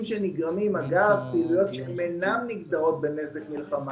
שנגרמים אגב פעילויות שאינן מוגדרות ב"נזק מלחמה"